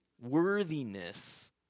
worthiness